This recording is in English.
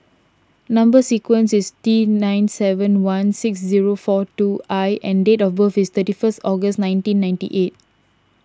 Number Sequence is T nine seven one six zero four two I and date of birth is thirty first August nineteen ninety eight